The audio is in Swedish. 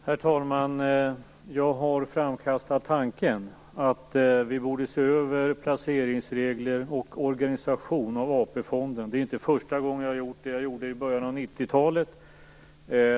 Herr talman! Jag har framkastat tanken att vi borde se över placeringsregler och organisation av AP fonden. Det är inte första gången jag har gjort det. Jag gjorde det i början av 90-talet.